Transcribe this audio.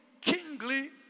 kingly